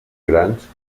grans